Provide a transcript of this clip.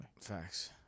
Facts